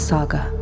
Saga